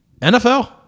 NFL